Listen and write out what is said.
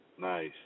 nice